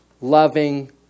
loving